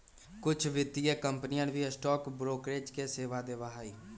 कुछ वित्तीय कंपनियन भी स्टॉक ब्रोकरेज के सेवा देवा हई